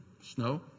snow